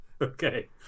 Okay